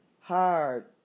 hard